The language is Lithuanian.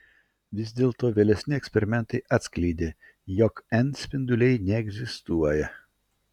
vis dėlto vėlesni eksperimentai atskleidė jog n spinduliai neegzistuoja